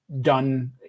done